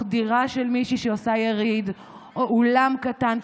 דירה של מישהי שעושה יריד או אולם קטן.